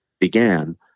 began